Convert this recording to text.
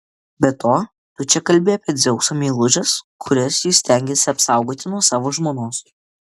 be to tu čia kalbi apie dzeuso meilužes kurias jis stengėsi apsaugoti nuo savo žmonos